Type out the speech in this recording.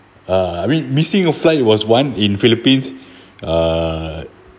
uh I mean missing a fly it was one in philippines uh